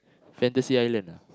Fantasy-Island ah